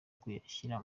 kuyashyira